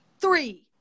three